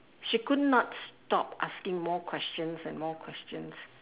she could not stop asking more questions and more questions